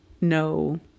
no